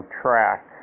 track